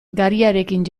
gariarekin